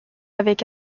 avec